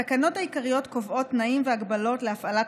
התקנות העיקריות קובעות תנאים והגבלות להפעלת